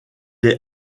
est